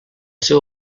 seu